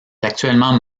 actuellement